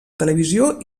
televisió